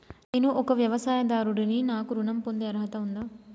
నేను ఒక వ్యవసాయదారుడిని నాకు ఋణం పొందే అర్హత ఉందా?